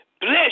bless